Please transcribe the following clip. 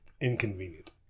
inconvenient